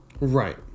Right